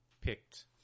picked